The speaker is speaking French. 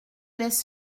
laisse